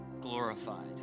glorified